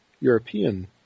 European